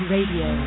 Radio